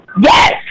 Yes